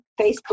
Facebook